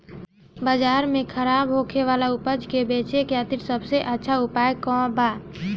बाजार में खराब होखे वाला उपज को बेचे के खातिर सबसे अच्छा उपाय का बा?